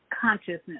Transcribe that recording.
consciousness